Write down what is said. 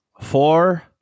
Four